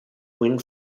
wind